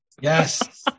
Yes